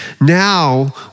now